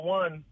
one